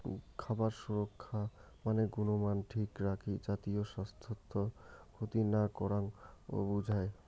খাবার সুরক্ষা মানে গুণমান ঠিক রাখি জাতীয় স্বাইস্থ্যর ক্ষতি না করাং ও বুঝায়